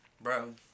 Bro